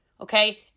okay